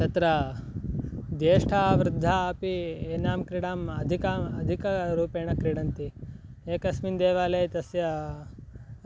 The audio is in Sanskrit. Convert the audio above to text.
तत्र ज्येष्ठाः वृद्धाः अपि एनां क्रिडाम् अधिकाम् अधिकरूपेण क्रीडन्ति एकस्मिन् देवालये तस्य